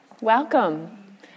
Welcome